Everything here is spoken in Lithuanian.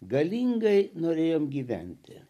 galingai norėjome gyventi